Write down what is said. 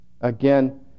again